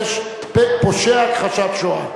פושע הכחשת השואה)